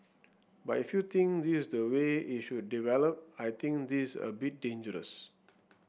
but if you think this is the way it should develop I think this is a bit dangerous